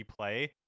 replay